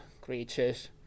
creatures